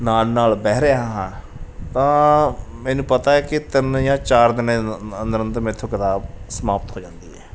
ਨਾਲ ਨਾਲ ਵਹਿ ਰਿਹਾ ਹਾਂ ਤਾਂ ਮੈਨੂੰ ਪਤਾ ਹੈ ਕਿ ਤਿੰਨ ਜਾਂ ਚਾਰ ਦਿਨਾਂ ਦੇ ਅੰਦਰ ਅੰਦਰ ਮੈਥੋਂ ਕਿਤਾਬ ਸਮਾਪਤ ਹੋ ਜਾਂਦੀ ਹੈ